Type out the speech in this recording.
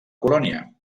colònia